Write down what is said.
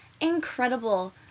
incredible